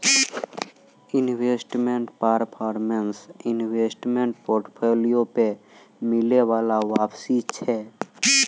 investment performance investment portfolio पे मिलै बाला वापसी छै